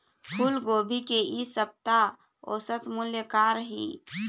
फूलगोभी के इ सप्ता औसत मूल्य का रही?